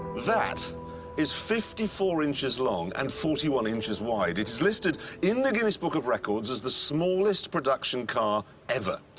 that is fifty four inches long and forty one inches wide. it is listed in the guinness book of records as the smallest production car ever.